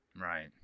Right